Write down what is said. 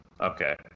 Okay